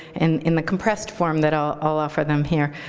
and in the compressed form that i'll offer them here,